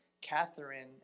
Catherine